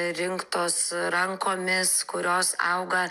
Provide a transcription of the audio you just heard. rinktos rankomis kurios auga